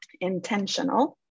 intentional